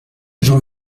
j’en